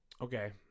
Okay